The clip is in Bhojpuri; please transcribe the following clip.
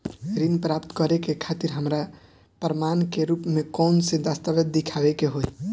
ऋण प्राप्त करे के खातिर हमरा प्रमाण के रूप में कउन से दस्तावेज़ दिखावे के होइ?